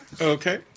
Okay